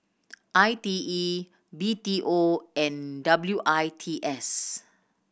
I T E B T O and W I T S